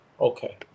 Okay